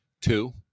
two